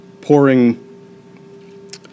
pouring